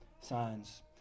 signs